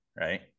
Right